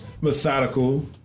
methodical